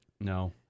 No